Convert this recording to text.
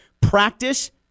Practice